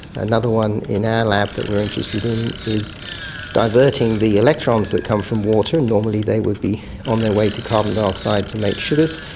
another one in our lab that we're interested in is diverting the electrons that come from water. normally they would be on their way to carbon dioxide to make sugars,